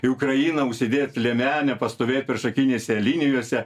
į ukrainą užsidėt liemenę pastovėt priešakinėse linijose